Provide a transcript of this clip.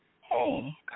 hey